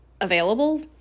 available